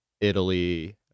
Italy